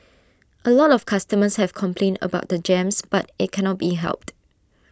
A lot of customers have complained about the jams but IT cannot be helped